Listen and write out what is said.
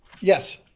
yes